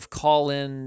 call-in